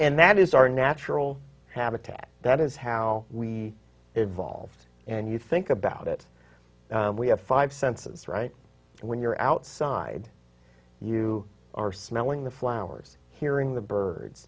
and that is our natural habitat that is how we evolved and you think about it we have five senses and when you're outside you are smelling the flowers hearing the birds